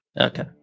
Okay